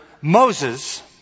Moses